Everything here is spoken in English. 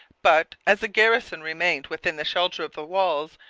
but, as the garrison remained within the shelter of the walls,